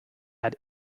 hat